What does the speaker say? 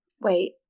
Wait